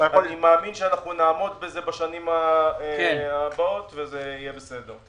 אני מאמין שנעמוד בזה בשנים הבאות וזה יהיה בסדר.